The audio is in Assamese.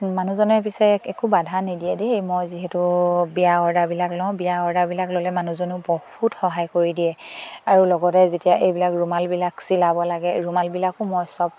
মানুহজনৰ পিছে একো বাধা নিদিয়ে দেই মই যিহেতু বিয়া অৰ্ডাৰবিলাক লওঁ বিয়া অৰ্ডাৰবিলাক ল'লে মানুহজনেও বহুত সহায় কৰি দিয়ে আৰু লগতে যেতিয়া এইবিলাক ৰুমালবিলাক চিলাব লাগে ৰুমালবিলাকো মই চব